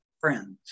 friends